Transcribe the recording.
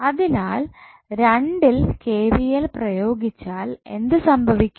അതിനാൽ രണ്ടിൽ KVL പ്രയോഗിച്ചാൽ എന്ത് സംഭവിക്കും